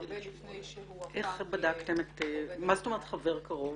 הרבה לפני שהוא הפך לעובד מדינה --- מה זאת אומרת חבר קרוב?